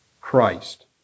Christ